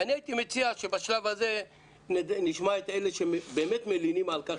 ואני הייתי מציע שבשלב הזה נשמע את אלה שבאמת מלינים על כך,